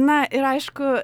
na ir aišku